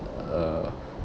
uh